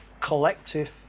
collective